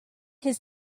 his